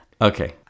Okay